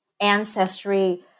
ancestry